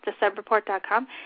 thesubreport.com